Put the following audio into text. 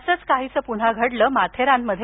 असंच काहीसं पुन्हा घडलं माथेरानमध्ये